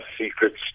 secrets